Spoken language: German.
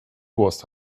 wurst